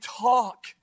talk